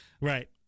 Right